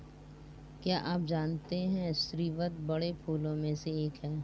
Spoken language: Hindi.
क्या आप जानते है स्रीवत बड़े फूलों में से एक है